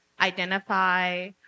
identify